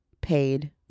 paid